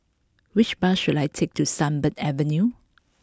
which bus should I take to Sunbird Avenue